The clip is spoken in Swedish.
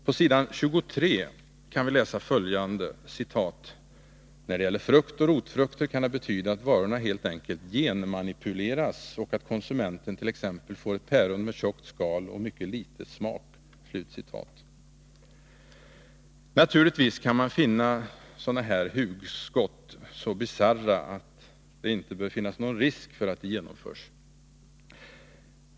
På s. 23 kan vi läsa följande: ”När det gäller frukt och rotfrukter kan det betyda att varorna helt enkelt genmanipuleras och att konsumenten t.ex. får ett päron med tjockt skal och mycket litet smak.” Naturligtvis kan man finna sådana här hugskott så bisarra att det inte bör finnas någon risk för att de genomförs.